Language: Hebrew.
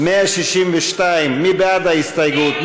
162. מי בעד ההסתייגות?